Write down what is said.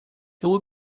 would